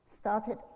started